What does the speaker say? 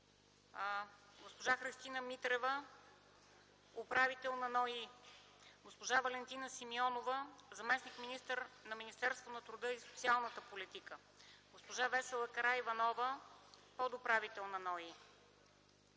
госпожа Христина Митрева – управител на НОИ, госпожа Валентина Симеонова – заместник-министър на труда и социалната политика, госпожа Весела Караиванова – подуправител на НОИ;